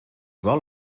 vol